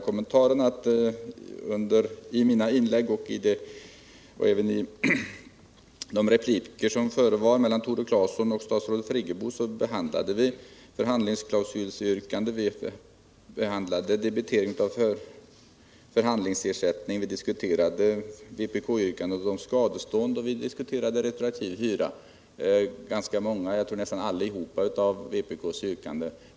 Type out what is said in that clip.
I mina inlägg och även i de repliker som förevar mellan Tore Claeson och statsrådet Friggebo behandlades förhandlingsklausulen, debitering av förhandlingsersättning, yrkandet om skadestånd endast för fastighetsägarna och frågan om retroaktiv hyra.